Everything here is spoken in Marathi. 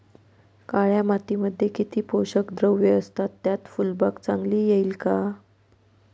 काळ्या मातीमध्ये किती पोषक द्रव्ये असतात, त्यात फुलबाग चांगली येईल का?